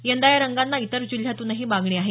यंदा या रंगांना इतर जिल्ह्यातूनही मागणी आहे